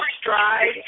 stride